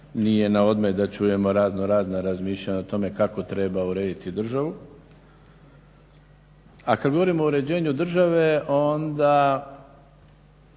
nije na odmet da čujemo razno razna razmišljanja o tome kako treba urediti državu. A kad govorimo o uređenju države onda